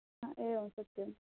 हा एवं सत्यं